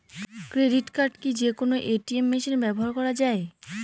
Credit card কি যে কোনো এ.টি.এম মেশিনে ব্যবহার করা য়ায়?